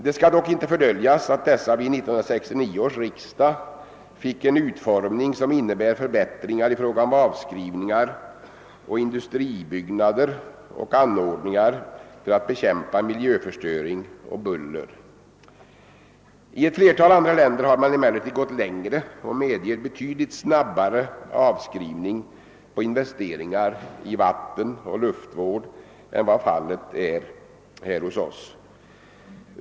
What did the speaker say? Det skall dock inte fördöljas att bestämmelserna härom vid 1969 års riksdag fick en utformning som innebär förbättringar i fråga om avskrivningar på industribyggnader och anordningar för att bekämpa miljöförstöring och buller. I ett flertal andra länder har man emellertid gått längre och medger betydligt snabbare avskrivning på investeringar i vattenoch luftvård än vad fallet är hos oss.